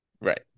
Right